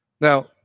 Now